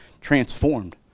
transformed